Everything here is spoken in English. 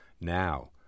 Now